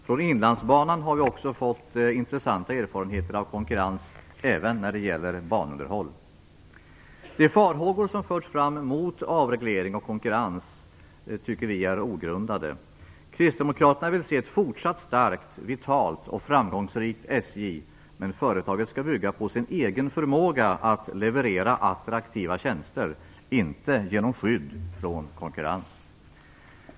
Från Inlandsbanan har vi också fått intressanta erfarenheter av konkurrens även när det gäller banunderhåll De farhågor som funnits vad gäller avreglering och konkurrens är ogrundade. Kristdemokraterna vill se ett fortsatt starkt, vitalt och framgångsrikt SJ - men företaget skall bygga på sin egen förmåga att leverera attraktiva tjänster, och inte på skydd från konkurrens.